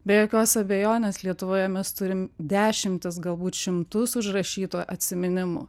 be jokios abejonės lietuvoje mes turim dešimtis galbūt šimtus užrašytų atsiminimų